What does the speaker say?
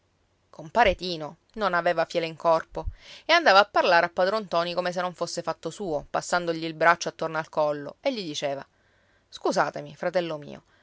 compare tino non aveva fiele in corpo e andava a parlare a padron ntoni come se non fosse fatto suo passandogli il braccio attorno al collo e gli diceva scusatemi fratello mio